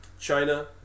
China